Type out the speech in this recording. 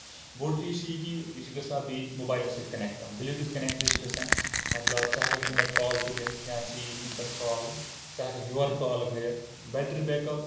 بوٚڑ چیٖز چھُ یہِ کہِ یہِ چھُ گژھان بیٚیہِ موبایلَس سۭتۍ کَنیکٹ بِلوٗٹوٗتھ کنیکٹ چھُ بیٚیہِ گژھان مطلب ژٕ ہٮ۪کھ ہکھ اَمہِ پٮ۪ٹھ کال تُلِتھ یا ژِ یٖیی اَمہِ پٮ۪ٹھ کال ژٕ ہٮ۪کھ ہکھ یورٕ کال کٔرِتھ بیٹری بیک اَپ